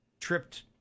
tripped